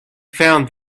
found